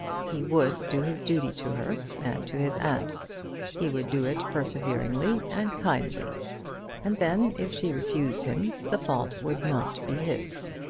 he would do his duty to her and to his aunt he would do it perseveringly and kindly and then, if she refused him, the fault would not be his.